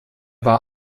war